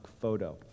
photo